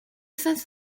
sense